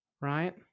Right